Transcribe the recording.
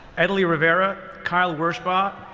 edeli rivera, kyle wirshba,